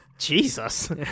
Jesus